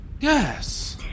yes